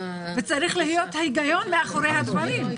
וצריך להיות היגיון מאחורי הדברים.